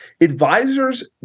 Advisors